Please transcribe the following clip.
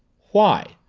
why?